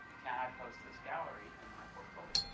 can i post this gallery in my portfolio?